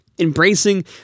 Embracing